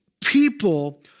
people